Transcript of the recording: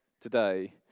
today